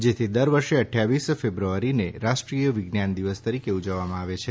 જેથી દર વર્ષે અઠ્ઠાવીસ ફેબ્રુઆરીને રાષ્ટ્રીય વિજ્ઞાન દિવસ તરીકે ઉજવવામાં આવે છે